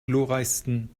glorreichsten